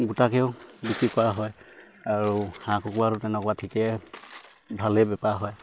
গোটাকেও বিক্ৰী কৰা হয় আৰু হাঁহ কুকুৰাটো তেনেকুৱা ঠিকে ভালেই বেপাৰ হয়